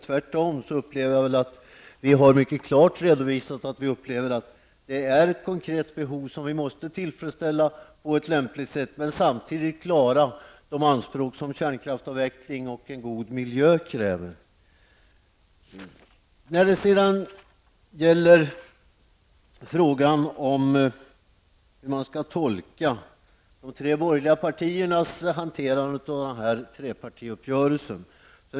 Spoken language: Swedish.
Tvärtom upplever jag att vi mycket klart redovisat att vi upplever att det är ett konkret behov som vi måste tillfredsställa på ett lämpligt sätt. Men samtidigt måste vi klara de anspråk som en kärnkraftsavveckling och en god miljö kräver. Jag vill säga några ord om hur man skall tolka en trepartiuppgörelse och hur de tre borgerliga partiernas hantering av den blir.